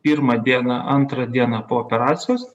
pirmą dieną antrą dieną po operacijos